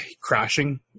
crashing